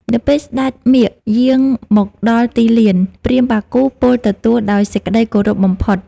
នៅពេលស្ដេចមាឃយាងមកដល់ទីលាន ព្រាហ្មណ៍បាគូពោលទទួលដោយសេចក្ដីគោរពបំផុត។